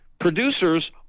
producers